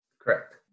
Correct